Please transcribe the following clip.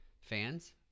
fans